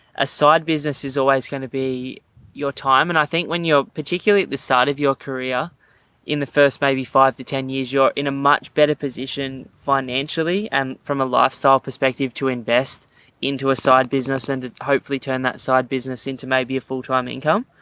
a side business is always going to be your time and i think when you're particularly at the start of your career in the first maybe five to ten years, you're in a much better position financially and from a lifestyle perspective to invest into a side business and hopefully turn that side business into maybe a full time um income.